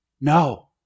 No